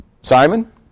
Simon